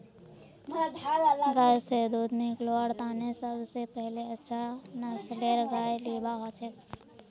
गाय स दूध निकलव्वार तने सब स पहिले अच्छा नस्लेर गाय लिबा हछेक